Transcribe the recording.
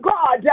God